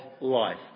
life